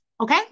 okay